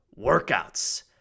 workouts